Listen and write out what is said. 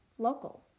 Local